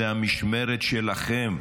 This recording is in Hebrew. זו המשמרת שלכם.